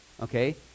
Okay